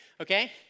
Okay